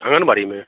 आँगनबाड़ी में